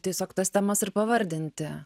tiesiog tas temas ir pavardinti